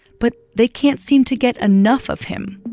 but they can't seem to get enough of him.